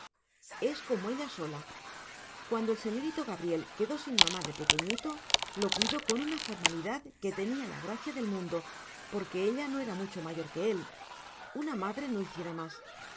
es como ella sola cuando el señorito gabriel quedó sin mamá de pequeñito lo cuidó con una formalidad que tenía la gracia del mundo porque ella no era mucho mayor que él una madre no hiciera más